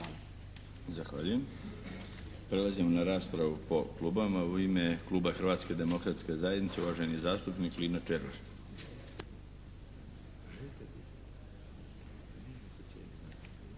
Zahvaljujem. Prelazimo na raspravu po klubovima. U ime kluba Hrvatske demokratske zajednice, uvaženi zastupnik Lino Červar.